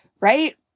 Right